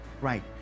right